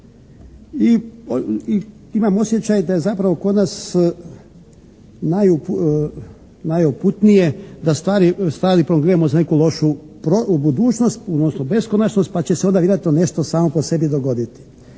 I imam osjećaj da je zapravo kod nas najuputnije da stvari prolongiramo za neku lošu budućnost, odnosno beskonačnost pa će se onda vjerojatno samo po sebi dogoditi.